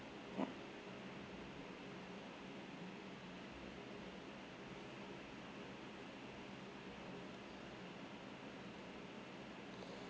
ya